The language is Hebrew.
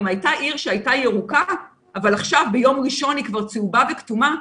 אם הייתה עיר שהייתה ירוקה אבל עכשיו ביום ראשון היא כבר צהובה וכתומה,